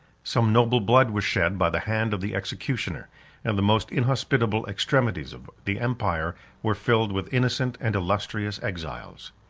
some noble blood was shed by the hand of the executioner and the most inhospitable extremities of the empire were filled with innocent and illustrious exiles.